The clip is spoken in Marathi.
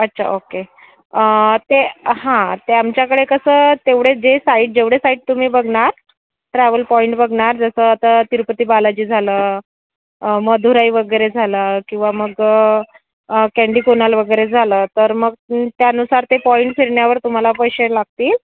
अच्छा ओके ते हां ते आमच्याकडे कसं तेवढे जे साईट जेवढे साईट तुम्ही बघणार ट्रॅव्हल पॉईंट बघणार जसं आता तिरुपती बालाजी झालं मदुराई वगैरे झालं किंवा मग कँडी कुणाल वगैरे झालं तर मग त्यानुसार ते पॉईंट्स फिरण्यावर तुम्हाला पैसे लागतील